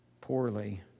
poorly